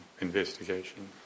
investigation